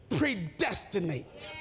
predestinate